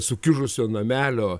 sukiužusio namelio